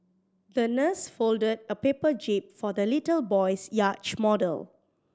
the nurse folded a paper jib for the little boy's yacht model